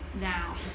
now